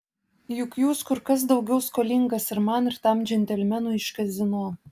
juk jūs kur kas daugiau skolingas ir man ir tam džentelmenui iš kazino